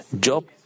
Job